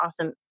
Awesome